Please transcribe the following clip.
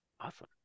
awesome